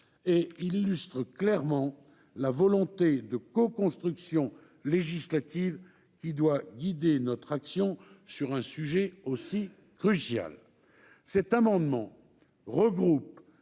exemple clair de la volonté de coconstruction législative qui doit guider notre action sur un sujet aussi crucial. Cet amendement a pour